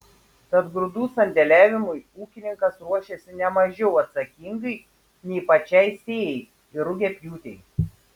tad grūdų sandėliavimui ūkininkas ruošiasi ne mažiau atsakingai nei pačiai sėjai ir rugiapjūtei